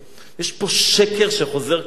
יש פה שקר שחוזר כל הזמן.